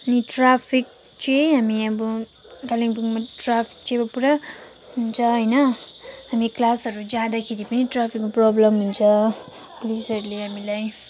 अनि ट्राफिक चाहिँ हामी अब कालिम्पोङमा ट्राफिक चाहिँ अब पुरा हुन्छ होइन हामी क्लासहरू जाँदाखेरि पनि ट्राफिकमा प्रोब्लम हुन्छ पुलिसहरूले हामीलाई